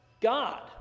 God